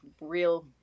real